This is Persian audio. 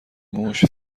موش